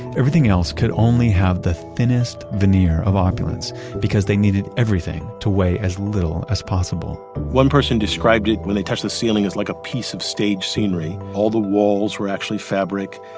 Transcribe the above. everything else could only have the thinnest veneer of opulence because they needed everything to weigh as little as possible one person described it, when they touch the ceiling is like a piece of stage scenery. all the walls were actually fabric.